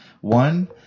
One